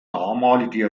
damalige